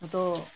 ᱛᱚ